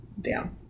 down